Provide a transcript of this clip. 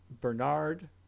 Bernard